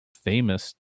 famous